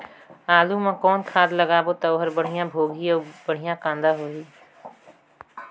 आलू मा कौन खाद लगाबो ता ओहार बेडिया भोगही अउ बेडिया कन्द होही?